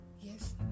yes